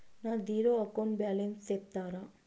నా zero account balance సెప్తారా?